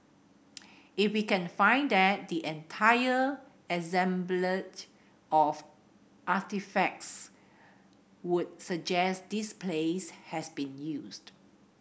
if we can find that the entire assemblage of artefacts would suggest this place has been used